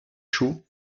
chaud